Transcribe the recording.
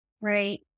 Right